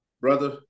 Brother